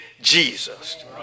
Jesus